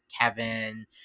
Kevin